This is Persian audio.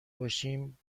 باشیم